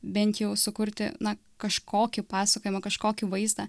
bent jau sukurti na kažkokį pasakojimą kažkokį vaizdą